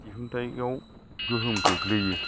दिहुन्थायाव गोहोम खोख्लैयो